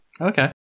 Okay